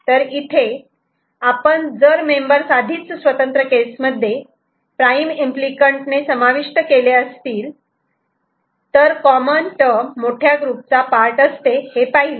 तर इथे आपण जर मेम्बर्स आधीच स्वतंत्र केसेस मध्ये प्राईम एम्पली कँट ने समाविष्ट केले असतील तर कॉमन टर्म मोठ्या ग्रुपचा पार्ट असते हे पाहिले